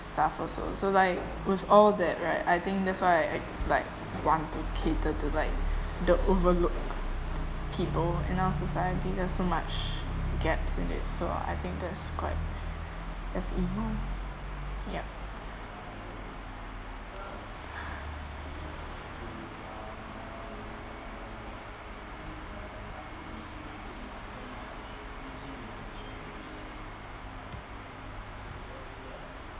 stuff also so like with all that right I think that's why I I like want to cater to like the overlooked people in our society there's so much gaps in it so I think that's quite that's emo yup